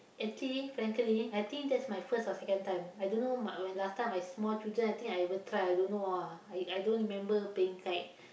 I think frankly I think that's my first or second time I don't know ma~ when last time I small children I think I ever tried I don't know ah I I don't remember playing kite